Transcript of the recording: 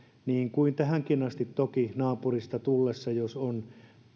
niin kuin tähänkin asti toki naapurista tultaessa jos on